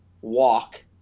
walk